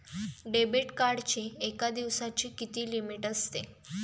Debit कार्डची एका दिवसाची किती लिमिट असते?